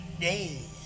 days